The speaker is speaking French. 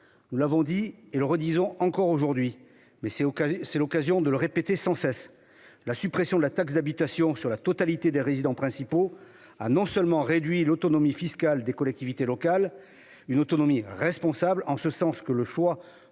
Nous l'avons dit et redit, mais c'est l'occasion de le répéter : la suppression de la taxe d'habitation sur la totalité des résidences principales non seulement a réduit l'autonomie fiscale des collectivités locales- une autonomie responsable, en ce sens que le choix